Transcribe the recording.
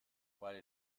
quale